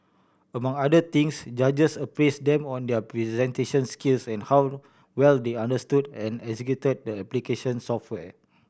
among other things judges appraised them on their presentation skills and how well they understood and executed the application software